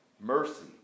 mercy